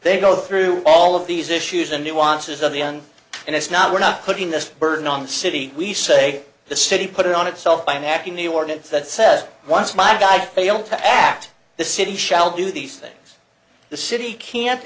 they go through all of these issues the nuances of the un and it's not we're not putting this burden on the city we say the city put it on itself by necking the ordinance that says once my guy fail to act the city shall do these things the city can't